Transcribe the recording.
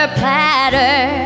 platter